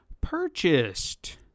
purchased